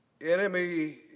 enemy